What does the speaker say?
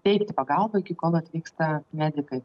teikti pagalbą iki kol atvyksta medikai